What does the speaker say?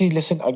Listen